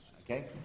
Okay